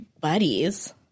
buddies